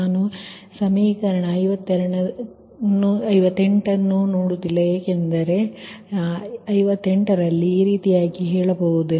ನಾನು ಸಮೀಕರಣ 58ಕ್ಕೆ ಹೋಗುತ್ತಿಲ್ಲ ಏಕೆಂದರೆ ನಾನು ಇಲ್ಲಿ ಸಮೀಕರಣ 58 ರಲ್ಲಿ ಈ ರೀತಿ ಅರ್ಥೈಸುತ್ತೇನೆ